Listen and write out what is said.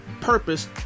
purpose